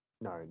No